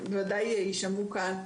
ובוודאי יישמעו כאן.